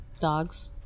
dogs